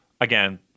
Again